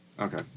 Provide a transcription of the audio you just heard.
Okay